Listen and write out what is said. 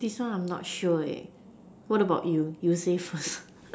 this one I am not sure what about you you say first